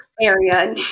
area